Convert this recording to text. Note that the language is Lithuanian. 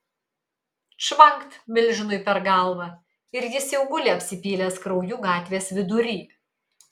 čvankt milžinui per galvą ir jis jau guli apsipylęs krauju gatvės vidury